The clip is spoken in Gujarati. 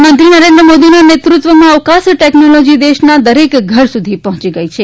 પ્રધાનમંત્રી નરેન્દ્ર મોદીના નેતૃત્વમાં અવકાશ ટેકનોલોજી દેશના દરેક ઘર સુધી પહોંચી ગઈ છે